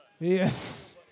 Yes